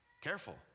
Careful